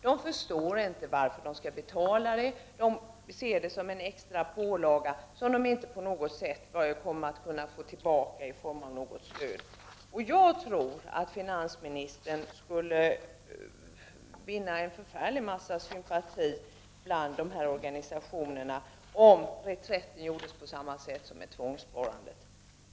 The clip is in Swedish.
De förstår inte varför de skall betala denna avgift, de ser det som en extra pålaga, som de inte på något sätt kommer att kunna få tillbaka i form av något stöd. Jag tror att finansministern skulle vinna en förfärlig massa sympati bland dessa organisationer om man i fråga om dessa avgifter gjorde reträtt på samma sätt som i fråga om tvångssparandet.